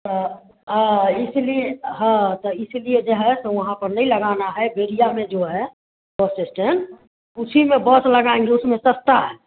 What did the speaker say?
हाँ हाँ इसीलिए हाँ तो इसीलिए जो है तो वहाँ पर नहीं लगाना है बेरिया में जो है बस इस्टेंड उसी में बस लगाएँगे उसमें सस्ता है